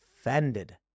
offended